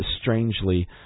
strangely